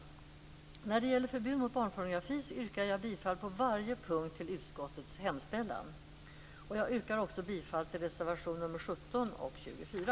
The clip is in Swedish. När det gäller förbud mot barnpornografi yrkar jag bifall på varje punkt i utskottets hemställan. Jag yrkar också bifall till reservationerna